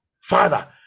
Father